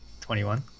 21